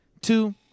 Two